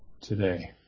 today